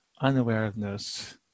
unawareness